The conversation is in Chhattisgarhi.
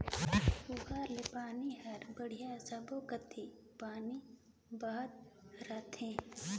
पुहारा ले पानी हर बड़िया सब्बो कति पानी बहत रथे